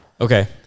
Okay